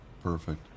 perfect